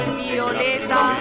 violeta